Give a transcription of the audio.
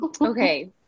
Okay